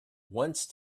once